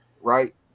right